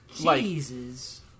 Jesus